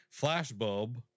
Flashbulb